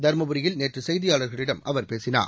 தருமபுரியில் நேற்று செய்தியாளர்களிடம் அவர் பேசினார்